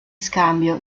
scambio